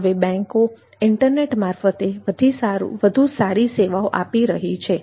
હવે બેન્કો ઇન્ટરનેટ મારફતે વધુ સારી સેવાઓ આપી રહી છે